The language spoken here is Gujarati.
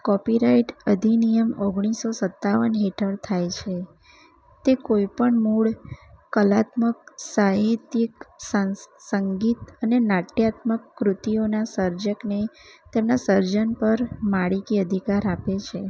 કોપીરાઇટ અધિનિયમ ઓગણીસો સત્તાવન હેઠળ થાય છે તે કોઈ પણ મૂળ કલાત્મક સાહિત્યીક સાં સંગીત અને નાટ્યાત્મક કૃતિઓના સર્જકને તેમના સર્જન પર માલિકી અધિકાર આપે છે